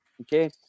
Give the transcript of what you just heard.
Okay